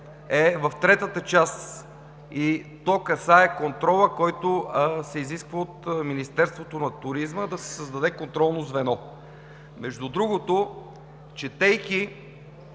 е в третата част и то касае контрола, който се изисква от Министерството на туризма – да се създаде контролно звено. Между другото, четейки